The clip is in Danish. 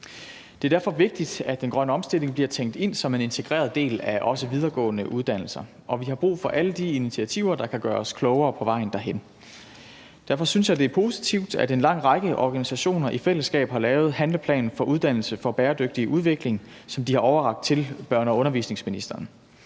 Det er derfor vigtigt, at den grønne omstilling er tænkt ind som en integreret del af også videregående uddannelser, og vi har brug for alle de initiativer, der kan gøre os klogere på vejen derhen. Derfor synes jeg, det er positivt, at en lang række organisationer i fællesskab har lavet Handleplan for Uddannelse for Bæredygtig Udvikling, som de har overrakt til børne- og undervisningsministeren.